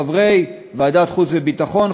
חברי ועדת החוץ והביטחון,